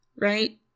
right